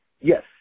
Yes